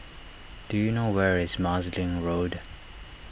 do you know where is Marsiling Road